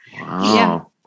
Wow